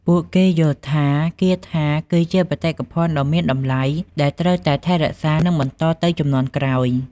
ពួកគេយល់ថាគាថាគឺជាបេតិកភណ្ឌដ៏មានតម្លៃដែលត្រូវតែថែរក្សានិងបន្តទៅជំនាន់ក្រោយ។